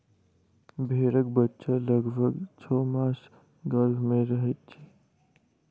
भेंड़क बच्चा लगभग छौ मास गर्भ मे रहैत छै